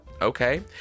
Okay